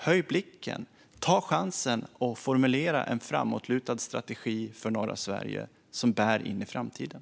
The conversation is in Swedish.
Höj blicken, och ta chansen att formulera en framåtlutad strategi för norra Sverige som bär in i framtiden!